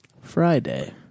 Friday